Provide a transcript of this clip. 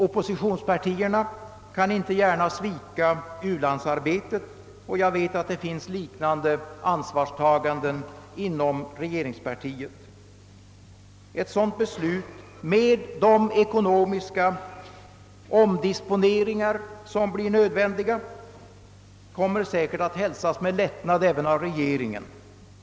Oppositionspartierna kan inte gärna svika u-landsarbetet, och jag vet att det finns liknande ansvarstaganden inom regeringspartiet. Ett positivt beslut, med de ekonomiska omdisponeringar som blir nödvändiga, kommer säkert att hälsas med lättnad även av regeringen.